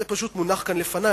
זה פשוט מונח כאן לפני,